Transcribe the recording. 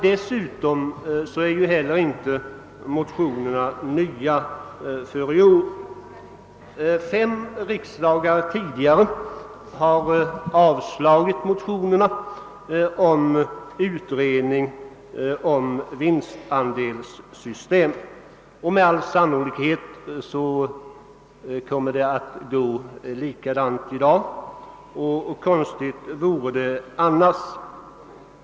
Dessutom är motionerna inte nya för i år. Fem riksdagar har tidigare avslagit motioner om utredning angående vinstandelssystem. Med all sannolikhet kommer det att gå likadant i dag — konstigt vore det annars.